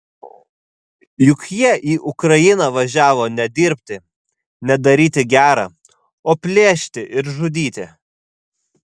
juk jie į ukrainą važiavo ne dirbti ne daryti gera o plėšti ir žudyti